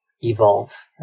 evolve